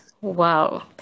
Wow